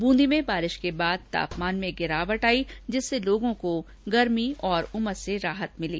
बूंदी में बारिश के बाद तापमान में गिरावट आई जिससे लोगों को उमस से राहत मिली